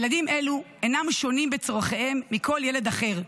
ילדים אלו אינם שונים בצורכיהם מכל ילד אחר.